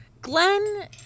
Glenn